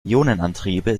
ionenantriebe